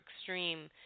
extreme